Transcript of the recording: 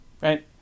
right